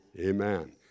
Amen